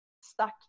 stuck